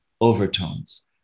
overtones